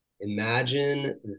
imagine